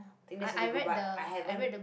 then recently go buy I haven't